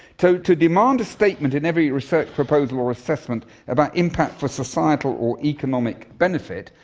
to to demand a statement in every research proposal or assessment about impact for societal or economic benefit,